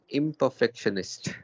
imperfectionist